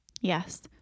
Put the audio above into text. Yes